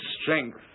strength